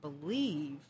believe